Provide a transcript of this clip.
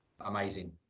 Amazing